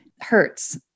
hurts